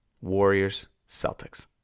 Warriors-Celtics